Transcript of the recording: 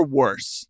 worse